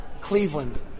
cleveland